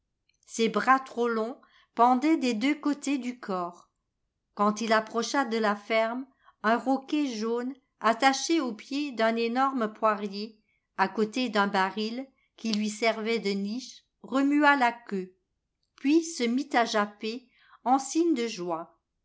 ses bras trop longs pendaient des deux cotés du corps quand il approcha de la ferme un roquet jaune attaché au pied d'un énorme poirier à coté d'un baril qui lui servait de niche remua la queue puis se mit à japper en signe de joie